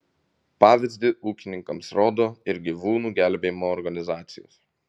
pavyzdį ūkininkams rodo ir gyvūnų gelbėjimo organizacijos